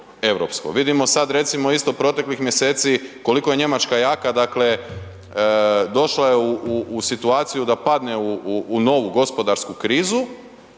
Vidimo sad recimo isto proteklih mjeseci koliko je Njemačka jaka, dakle došla je u, u, u situaciju da padne u, u, u novu gospodarsku krizu